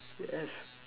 yes